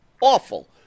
Awful